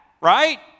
right